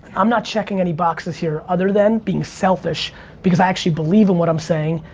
i'm not checking any boxes here, other than being selfish because i actually believe in what i'm saying,